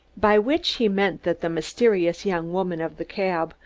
by which he meant that the mysterious young woman of the cab,